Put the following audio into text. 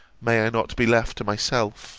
may i not be left to myself